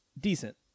decent